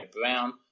Brown